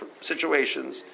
situations